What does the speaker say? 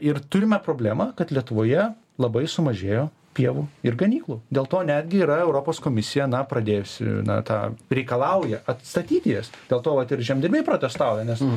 ir turime problemą kad lietuvoje labai sumažėjo pievų ir ganyklų dėl to netgi yra europos komisija na pradėjusi na tą reikalauja atstatyti jas dėl to vat ir žemdirbiai protestauja nes